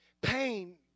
pain